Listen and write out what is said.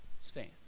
stand